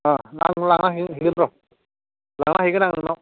अ आं लाना हैगोन र' लाना हैगोन आं नोंनाव